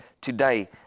today